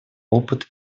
опыт